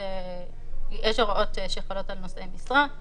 יש הוראות שחלות על נושאי משרה,